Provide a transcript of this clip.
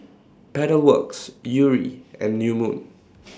Pedal Works Yuri and New Moon